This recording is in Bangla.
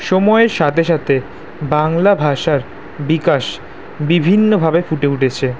সময়ের সাথে সাথে বাংলা ভাষার বিকাশ বিভিন্নভাবে ফুটে উঠেছে